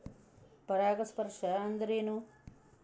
ಪರಾಗಸ್ಪರ್ಶ ಅಂದರೇನು?